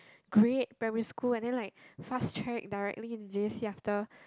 great primary school and then like fast track directly into J_C after